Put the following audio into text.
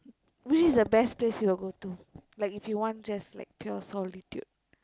which is the best place you will go to like if you want just like pure solitude